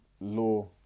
law